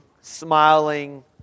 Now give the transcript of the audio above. smiling